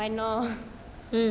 one lor